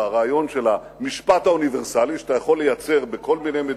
ברעיון של המשפט האוניברסלי שאתה יכול לייצר בכל מיני מדינות.